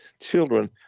children